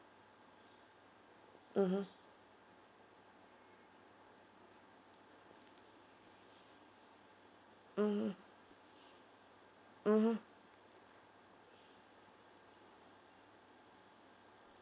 mmhmm mmhmm mmhmm